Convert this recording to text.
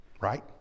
Right